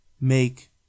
make